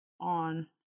on